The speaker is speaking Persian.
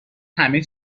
همه